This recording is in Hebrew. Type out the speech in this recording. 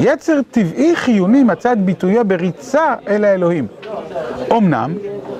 יצר טבעי-חיוני מצא את ביטויה בריצה אל האלוהים, אמנם